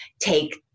take